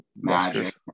magic